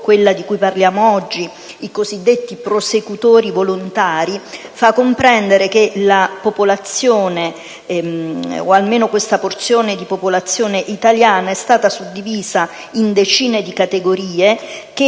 quella di cui parliamo oggi, i cosiddetti prosecutori volontari, fa comprendere che la popolazione italiana, o almeno questa porzione, è stata suddivisa in decine di categorie che,